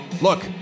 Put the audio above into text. Look